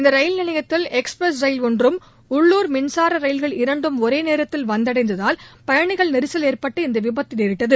இந்த ரயில் நிலையத்தில் எக்ஸ்பிரஸ் ரயில் ஒன்றும் உள்ளூர் மின்சார ரயில்கள் இரண்டும் ஒரே நேரத்தில் வந்தடைந்ததால் பயணிகள் நெரிசல் ஏற்பட்டு இந்த விபத்து நேரிட்டது